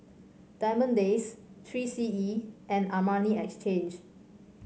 Diamond Days Three C E and Armani Exchange